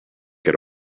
get